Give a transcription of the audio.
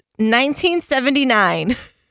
1979